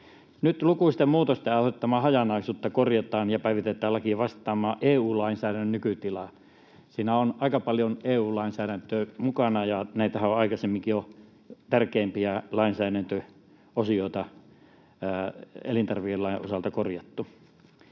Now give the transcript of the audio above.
Nyt lukuisten muutosten aiheuttamaa hajanaisuutta korjataan ja laki päivitetään vastaamaan EU-lainsäädännön nykytilaa. Siinä on aika paljon EU-lainsäädäntöä mukana, ja näitähän on aikaisemminkin jo, tärkeimpiä lainsäädäntöosioita, elintarvikelain osalta korjattu.